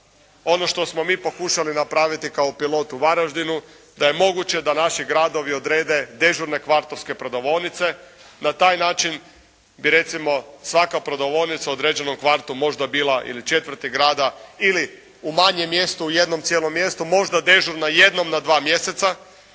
ono što smo mi pokušali napraviti kao pilot u Varaždinu da je moguće da naši gradovi odrede dežurne kvartovske prodavaonice. Na taj način bi recimo svaka prodavaonica u određenom kvartu možda bila ili četvrti grada ili u manjem mjestu, u jednom cijelom mjestu možda dežurna jednom na dva mjeseca